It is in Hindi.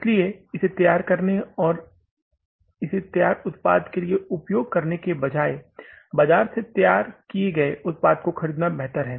इसलिए इसे तैयार करने और इसे तैयार उत्पाद के लिए उपयोग करने के बजाय बाजार से तैयार किए गए उत्पादों को खरीदना बेहतर है